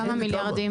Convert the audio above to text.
כמה מיליארדים?